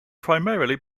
primarily